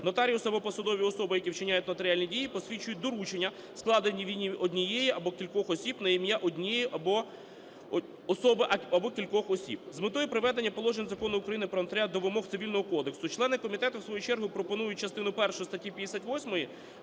нотаріус або посадові особи, які вчиняють нотаріальні дії, посвідчують доручення, складені від імені однієї або кількох осіб на ім'я однієї особи або кількох осіб. З метою приведення положень Закону України "Про нотаріат" до вимог Цивільного кодексу члени комітету у свою чергу пропонують частину першу статті 58